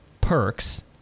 perks